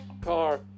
car